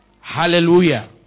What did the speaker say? Hallelujah